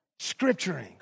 Scripturing